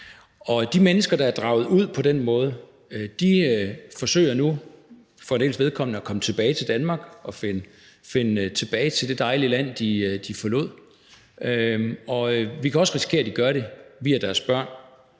De mennesker, der er draget ud på den måde, forsøger nu for en dels vedkommende at komme tilbage til Danmark og finde tilbage til det dejlige land, de forlod. Vi kan også risikere, at de gør det via deres børn,